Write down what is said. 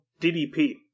DDP